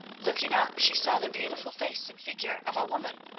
looking up she saw the beautiful face and figure of a woman,